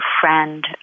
friend